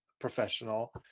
professional